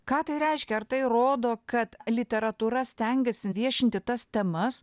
ką tai reiškia ar tai rodo kad literatūra stengiasi viešinti tas temas